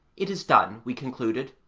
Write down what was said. it is done, we concluded,